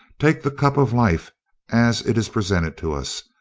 take the cup of life as it is presented to us,